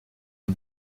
est